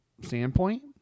standpoint